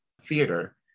Theater